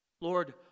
Lord